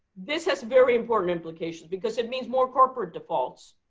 this has very important implications because it means more corporate defaults,